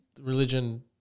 religion